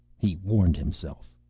he warned himself.